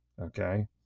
Okay